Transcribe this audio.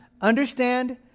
Understand